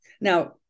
Now